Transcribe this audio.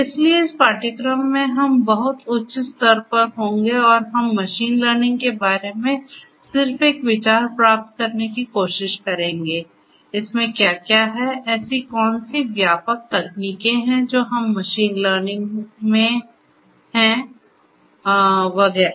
इसलिए इस पाठ्यक्रम में हम बहुत उच्च स्तर पर होंगे और हम मशीन लर्निंग के बारे में सिर्फ एक विचार प्राप्त करने की कोशिश करेंगे इसमें क्या क्या है ऐसी कौन सी व्यापक तकनीकें हैं जो मशीन लर्निंग में हैं वगैरह